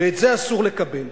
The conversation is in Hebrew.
ואת זה אסור לקבל.